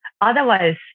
Otherwise